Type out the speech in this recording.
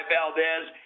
Valdez